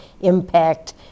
impact